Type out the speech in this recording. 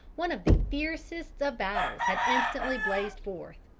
one of the fiercest of battles had instantly blazed forth.